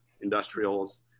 industrials